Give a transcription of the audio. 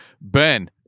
Ben